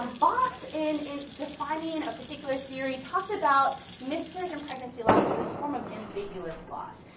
um boss, and in defining and a particular theory talked about miscarriage and pregnancy loss as this form of ambiguous loss.